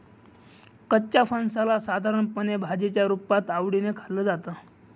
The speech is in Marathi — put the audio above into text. कच्च्या फणसाला साधारणपणे भाजीच्या रुपात आवडीने खाल्लं जातं